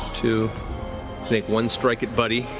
two, make one strike at buddy.